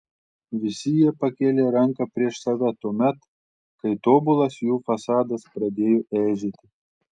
visi jie pakėlė ranką prieš save tuomet kai tobulas jų fasadas pradėjo eižėti